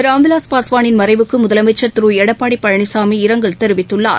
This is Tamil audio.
ராம்விவாஸ் பாஸ்வானின் மறைவுக்கு முதலமைச்சர் திரு எடப்பாடி பழனிசாமி இரங்கல் தெரிவித்துள்ளார்